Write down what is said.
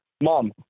Mom